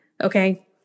okay